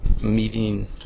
meeting